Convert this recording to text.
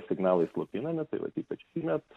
signalai slopinami tai vat ypač šįmet